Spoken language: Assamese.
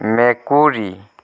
মেকুৰী